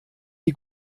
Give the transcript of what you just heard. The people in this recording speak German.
die